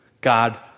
God